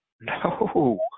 No